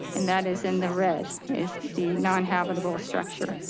and that is in the red is the non-habitable structure.